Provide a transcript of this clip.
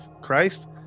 Christ